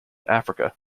africa